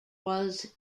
was